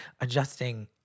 Adjusting